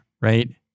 right